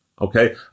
Okay